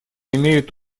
имеют